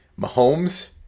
Mahomes